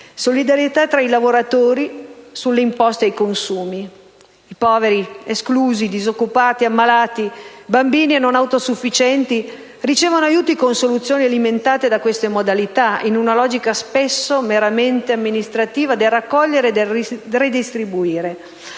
solidarietà tra i lavoratori, sulle imposte ai consumi. Poveri, esclusi, disoccupati, ammalati, bambini, non autosufficienti ricevono aiuti con soluzioni alimentate da queste modalità, in una logica, spesso meramente amministrativa, del raccogliere e del redistribuire.